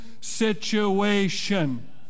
situation